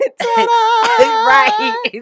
right